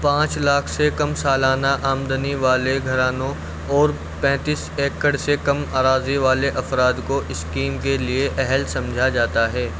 پانچ لاکھ سے کم سالانہ آمدنی والے گھرانوں اور پینتیس ایکڑ سے کم اراضی والے افراد کو اسکیم کے لیے اہل سمجھا جاتا ہے